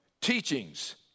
teachings